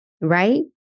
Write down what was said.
Right